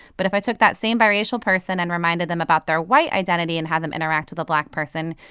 but if i took that same biracial person and reminded them about their white identity and have them interact with a black person,